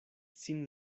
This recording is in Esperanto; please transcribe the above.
sin